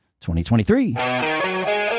2023